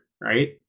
right